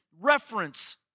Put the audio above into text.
reference